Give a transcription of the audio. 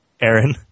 Aaron